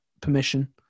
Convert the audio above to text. permission